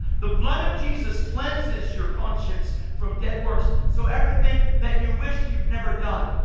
the blood of jesus cleanses your conscience from dead works so everything that you wished you've never done,